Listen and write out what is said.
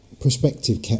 prospective